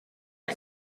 and